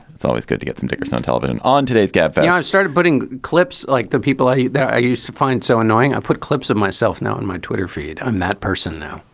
it's always good to get some tickers on television on today's gap and yeah i started putting clips like the people that i used to find so annoying. i put clips of myself now on my twitter feed on that person now.